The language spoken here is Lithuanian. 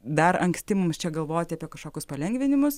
dar anksti mums čia galvoti apie kažkokius palengvinimus